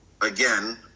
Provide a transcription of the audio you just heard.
again